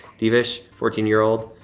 divish, fourteen year old,